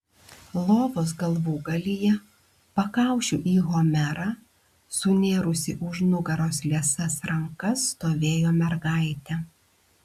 lovos galvūgalyje pakaušiu į homerą sunėrusi už nugaros liesas rankas stovėjo mergaitė